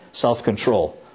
self-control